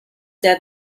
der